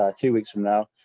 ah two weeks from now,